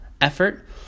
effort